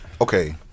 Okay